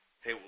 hey